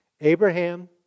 Abraham